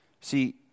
See